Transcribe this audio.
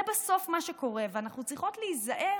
זה בסוף מה שקורה, ואנחנו צריכות להיזהר